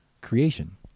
Creation